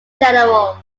general